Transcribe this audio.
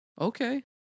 okay